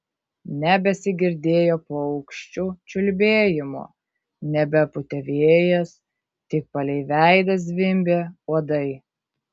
nebesigirdėjo paukščių čiulbėjimo nebepūtė vėjas tik palei veidą zvimbė uodai